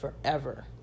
forever